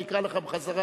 אני אקרא לך בחזרה.